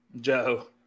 Joe